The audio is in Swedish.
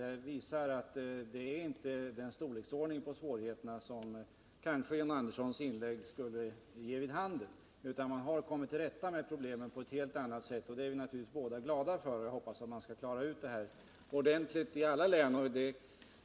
Det visar att det inte är den storleksordning på svårigheterna som John Anderssons inlägg kanske kunde ge vid handen, utan att man på ett bra sätt har kommit till rätta med problemen. Det är vi båda naturligtvis glada för, och jag hoppas att man ordentligt skall klara upp detta problem i alla län.